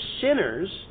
sinners